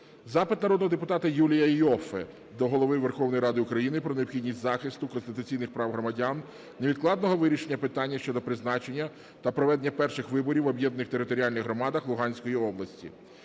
Запит народного депутата Юлія Іоффе до Голови Верховної Ради України про необхідність захисту конституційних прав громадян, невідкладного вирішення питання щодо призначення та проведення перших виборів в об'єднаних територіальних громадах Луганської області.